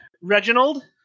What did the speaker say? Reginald